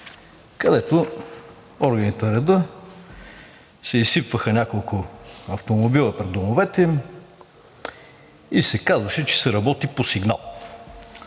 където органите на реда се изсипваха с няколко автомобила пред домовете им и се казваше, че се работи по сигнал.